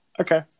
Okay